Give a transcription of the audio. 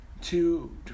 Two